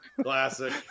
Classic